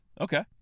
Okay